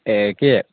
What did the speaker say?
এই কি